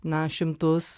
na šimtus